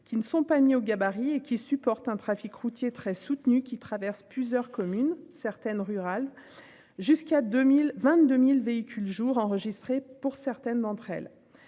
qui ne sont pas ni au gabarit et qui supporte un trafic routier très soutenue qui traverse plusieurs communes certaines rural jusqu'à 2022, 1000 véhicules/jour enregistrée pour certaines d'entre elles.